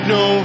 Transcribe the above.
no